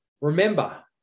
remember